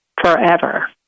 forever